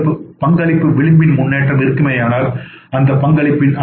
பங்களிப்பு விளிம்பில் முன்னேற்றம் இருக்குமேயானால் அந்தபங்களிப்பு அளவு என்ன